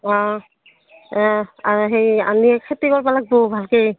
অঁ অঁ আৰু সেই আনি খেতি কৰবা লাগব ভালকৈ